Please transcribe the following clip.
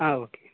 okay